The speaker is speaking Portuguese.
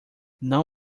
não